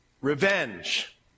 revenge